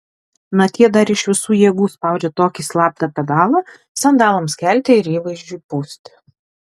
na tie dar iš visų jėgų spaudžia tokį slaptą pedalą sandalams kelti ir įvaizdžiui pūsti